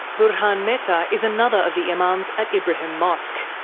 burhaan mehtar is another of the imams at ibrahim mosque.